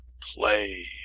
Play